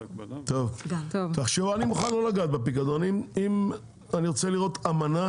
אני מוכן לא לגעת בפיקדונות ואני ארצה לראות אמנה